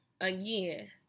again